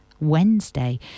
Wednesday